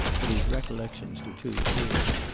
but his recollections were too clear.